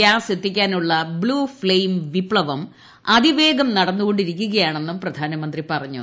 gas എത്തിക്കാനുള്ള blue flame വിപ്തവം അതിവേഗം നടന്നുകൊണ്ടിരിക്കുകയാണെന്നും പ്രധാനമന്ത്രി പറഞ്ഞു